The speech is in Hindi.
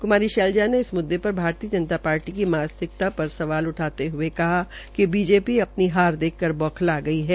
कुमारी शैजला ने इस मुद्दे भारतीय जनता पार्टी की मानसिकता पर सवाल उठाते हये कहा कि बीजेपी अपनी हार देखकर बौखल गई है